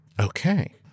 Okay